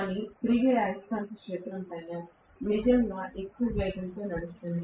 కానీ తిరిగే అయస్కాంత క్షేత్రం నిజంగా చాలా ఎక్కువ వేగంతో నడుస్తోంది